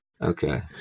Okay